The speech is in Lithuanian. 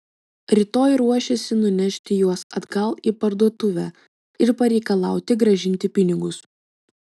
rytoj ruošėsi nunešti juos atgal į parduotuvę ir pareikalauti grąžinti pinigus